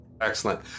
Excellent